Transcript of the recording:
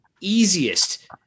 easiest